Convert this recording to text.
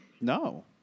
No